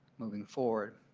moving forward.